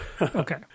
Okay